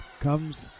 comes